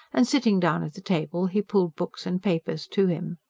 and sitting down at the table, he pulled books and papers to him.